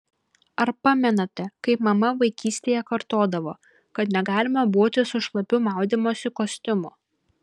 ar pamenate kaip mama vaikystėje kartodavo kad negalima būti su šlapiu maudymosi kostiumu